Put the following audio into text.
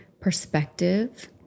perspective